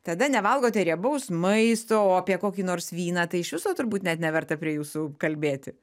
tada nevalgote riebaus maisto o apie kokį nors vyną tai iš viso turbūt net neverta prie jūsų kalbėti